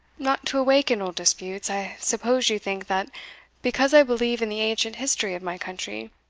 not to awaken old disputes, i suppose you think, that because i believe in the ancient history of my country,